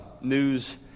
news